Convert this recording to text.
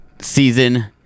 season